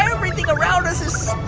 everything around us